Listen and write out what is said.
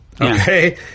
Okay